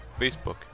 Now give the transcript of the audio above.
Facebook